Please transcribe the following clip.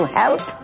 help